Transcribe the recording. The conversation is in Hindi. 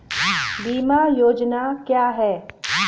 बीमा योजना क्या है?